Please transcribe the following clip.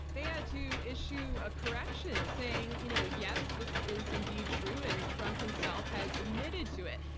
they had to issue a correction saying, you know yes, this is indeed true and trump himself has admitted to it.